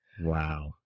Wow